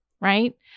right